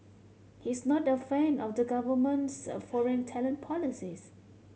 he is not a fan of the government's a foreign talent policies